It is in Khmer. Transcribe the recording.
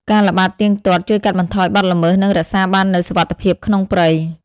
ការល្បាតទៀងទាត់ជួយកាត់បន្ថយបទល្មើស និងរក្សាបាននូវសុវត្ថិភាពក្នុងព្រៃ។